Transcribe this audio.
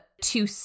two